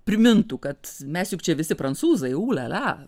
primintų kad mes juk čia visi prancūzai u lia lia